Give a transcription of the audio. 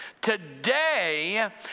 today